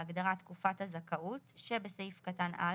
להגדרה "תקופת הזכאות" שבסעיף קטן (א),